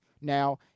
Now